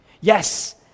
Yes